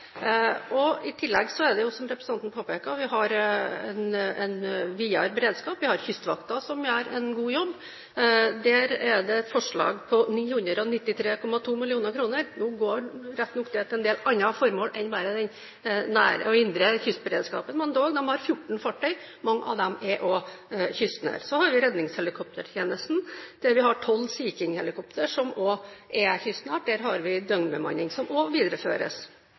I tillegg har vi jo, som representanten påpeker, en videre beredskap. Vi har Kystvakten som gjør en god jobb. Der er det et forslag på 993,2 mill. kr. Nå går riktignok det til en del andre formål enn bare til den nære og indre kystberedskapen, men dog: De har 14 fartøy. Mange av dem er også kystnære. Så har vi redningshelikoptertjenesten, der vi har 12 Sea King-helikoptre som også er kystnære. Der har vi døgnbemanning som også videreføres.